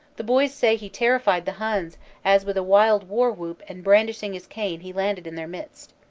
the boys say he terrified the huns as with a wild war whoop and brandishing his cane he landed in their midst.